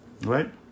right